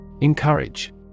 Encourage